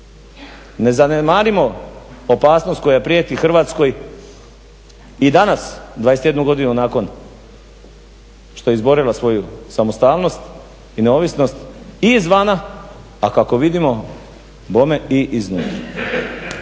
Ne zanemarimo opasnost koja prijeti Hrvatskoj i danas 21 godinu nakon što je izborila svoju samostalnost i neovisnost i izvana, a kako vidimo bome i iznutra.